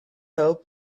help